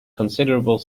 considerable